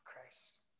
Christ